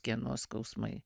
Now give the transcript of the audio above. kieno skausmai